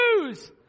news